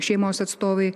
šeimos atstovai